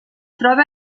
troba